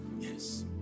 Yes